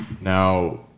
Now